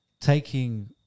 taking